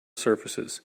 surfaces